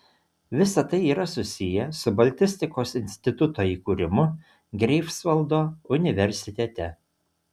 visa tai yra susiję su baltistikos instituto įkūrimu greifsvaldo universitete